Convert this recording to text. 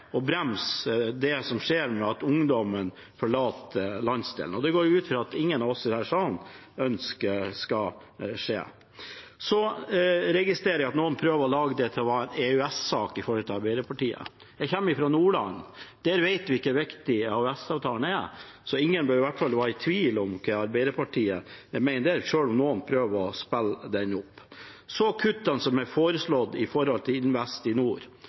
og bremse det med at ungdommen forlater landsdelen, og det går jeg ut fra at ingen av oss i denne salen ønsker skal skje. Jeg registrerer at noen prøver å lage det til en EØS-sak med hensyn til Arbeiderpartiet. Jeg kommer fra Nordland. Der vet vi hvor viktig EØS-avtalen er, så ingen bør i hvert fall være i tvil om hva Arbeiderpartiet mener der, selv om noen prøver å spille den saken opp. Så til kuttene som er foreslått for Investinor. Jeg ble sittende på flyplassen i Bodø i